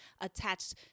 attached